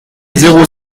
zéro